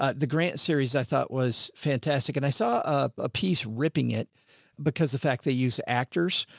ah the grant series i thought was fantastic and i saw a piece ripping it because the fact they use actors.